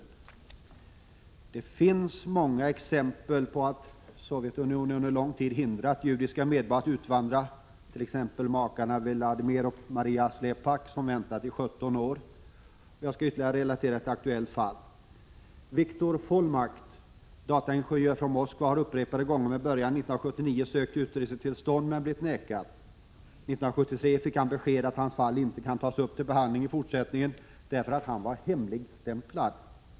5 Det finns många exempel på att Sovjetunionen under lång tid hindrat judiska medborgare att utvandra, t.ex. makarna Vladimir och Maria Slepak, som väntat i 17 år. Jag skall relatera ytterligare ett aktuellt fall. Victor Fulmakht, dataingenjör från Moskva, har upprepade gånger, med början 1979, sökt utresetillstånd men blivit nekad sådant. År 1983 fick han besked om att hans fall inte skulle tas upp till behandling i fortsättningen därför att han var ”hemligstämplad”.